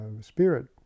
spirit